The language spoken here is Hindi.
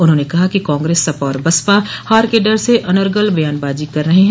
उन्होंने कहा कि कांग्रेस सपा और बसपा हार के डर से अनर्गल बयानबाजी कर रहे हैं